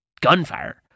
gunfire